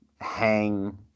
hang